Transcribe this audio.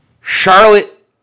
Charlotte